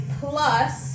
plus